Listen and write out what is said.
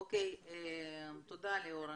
תודה, לי-אור.